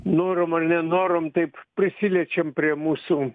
norom ar nenorom taip prisiliečiam prie mūsų